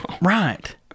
Right